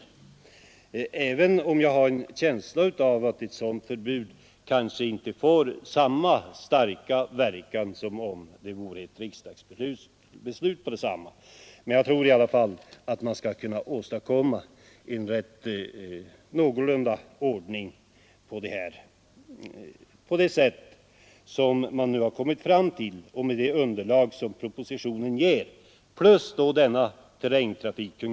Och även om jag har en känsla av att ett förbud då kanske inte får samma starka verkan som om det tillkommit efter ett riksdagsbeslut tror jag ändå att man skall kunna åstadkomma en någorlunda god ordning med det underlag som propositionen och utskottsbetänkandet ger.